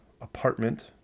apartment